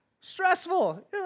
Stressful